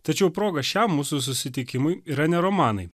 tačiau proga šiam mūsų susitikimui yra ne romanai